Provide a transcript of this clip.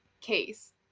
case